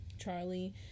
Charlie